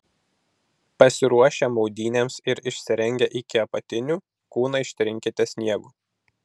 pasiruošę maudynėms ir išsirengę iki apatinių kūną ištrinkite sniegu